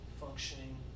functioning